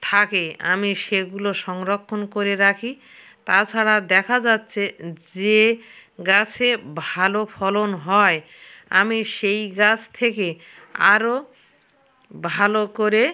থাকে আমি সেগুলো সংরক্ষণ করে রাখি তা ছাড়া দেখা যাচ্ছে যে গাছে ভালো ফলন হয় আমি সেই গাছ থেকে আরও ভালো করে